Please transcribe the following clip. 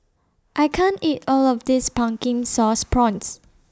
I can't eat All of This Pumpkin Sauce Prawns